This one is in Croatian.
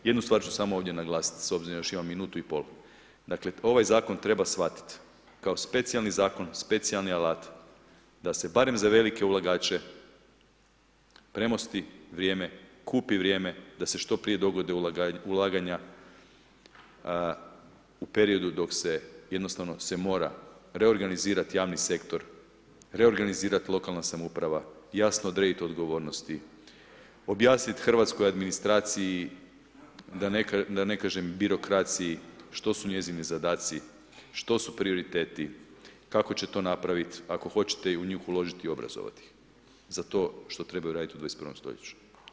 Jednu stvar ću samo ovdje naglasiti s obzirom da još imam minutu i pol, dakle ovaj zakon treba shvatiti kao specijalni zakon, specijalni alat da se barem za velike ulagače premosti vrijeme, kupi vrijeme da se što prije dogode ulaganja u periodu dok se jednostavno se mora reorganizirati javni sektor, reorganizirati lokalna samouprava i jasno odrediti odgovornosti, objasniti hrvatskoj administraciji da ne kažem birokraciji što su njezini zadaci, što su prioriteti, kako će to napraviti ako hoćete u njih uložiti i obrazovati ih za to što trebaju raditi u 21. stoljeću.